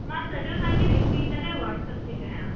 मां सॼो तव्हांखे लिखी करे व्हाट्सअप थी कया